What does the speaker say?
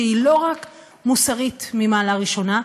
שהיא לא רק מוסרית ממעלה ראשונה,